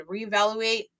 reevaluate